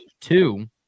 two